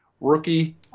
rookie